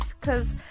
cause